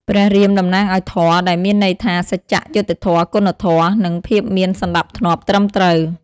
ព្រះរាមតំណាងឲ្យ ធម៌ ដែលមានន័យថា សច្ចៈ យុត្តិធម៌ គុណធម៌ និងភាពមានសណ្ដាប់ធ្នាប់ត្រឹមត្រូវ ។